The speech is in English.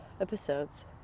episodes